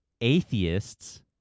atheists